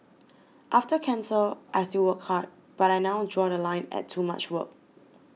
after cancer I still work hard but I now draw The Line at too much work